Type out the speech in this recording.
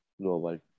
global